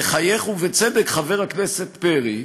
מחייך ובצדק חבר הכנסת פרי,